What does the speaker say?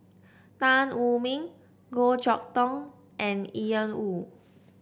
Tan Wu Meng Goh Chok Tong and Ian Woo